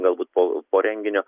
galbūt po po renginio